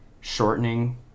shortening